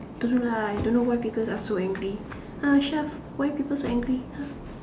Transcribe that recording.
don't know lah I don't know why people are so angry !huh! Shaf why people so angry !huh!